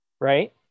right